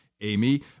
Amy